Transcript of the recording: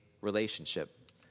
relationship